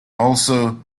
also